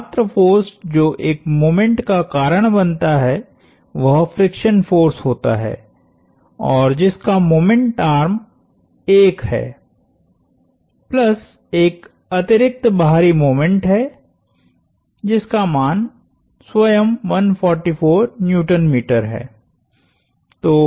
एकमात्र फोर्स जो एक मोमेंट का कारण बनता है वह फ्रिक्शन फोर्स होता है और जिसका मोमेंट आर्म 1 है प्लस एक अतिरिक्त बाहरी मोमेंट है जिसका मान स्वयं 144 Nm है